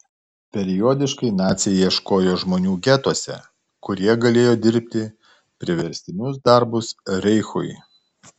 periodiškai naciai ieškojo žmonių getuose kurie galėjo dirbti priverstinius darbus reichui